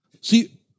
See